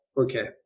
okay